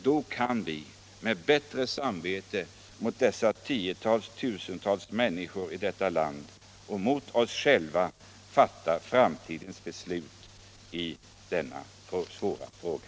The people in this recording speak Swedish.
Då kan vi med bättre samvete inför dessa tiotusentals människor och inför oss själva fatta framtidens beslut i denna svåra fråga.